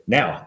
now